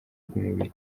bw’umubiri